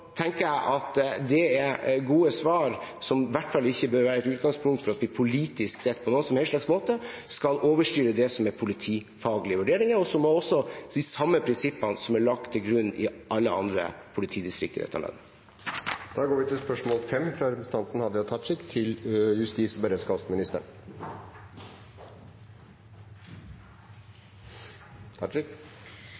tenker jeg at det er gode svar som i hvert fall ikke bør være utgangspunkt for at vi politisk sett, på noen som helst måte, skal overstyre den politifaglige vurderingen. Så må også de samme prinsippene bli lagt til grunn i alle andre politidistrikt i dette landet. «Konklusjonen til